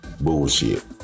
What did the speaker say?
bullshit